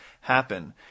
happen